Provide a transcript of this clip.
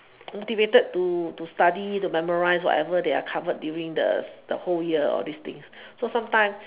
motivated to to study to memorise whatever they are covered during the the whole year of this thing so sometime